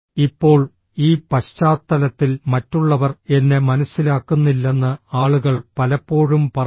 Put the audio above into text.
ഇപ്പോൾ ഈ പശ്ചാത്തലത്തിൽ മറ്റുള്ളവർ എന്നെ മനസ്സിലാക്കുന്നില്ലെന്ന് ആളുകൾ പലപ്പോഴും പറയുന്നു